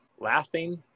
laughing